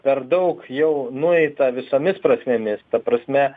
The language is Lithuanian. per daug jau nueita visomis prasmėmis ta prasme